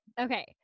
Okay